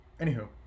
anywho